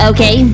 Okay